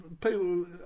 people